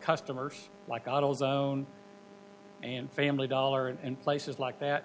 customers like auto zone and family dollar and places like that